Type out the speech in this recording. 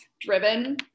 Driven